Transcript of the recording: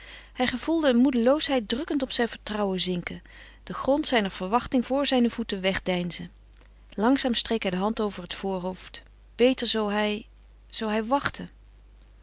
hij gevoelde een moedeloosheid drukkend op zijn vertrouwen zinken den grond zijner verwachting voor zijn voeten wegdeinzen langzaam streek hij de hand over het voorhoofd beter zoo hij zoo hij wachtte